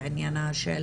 בעניינה של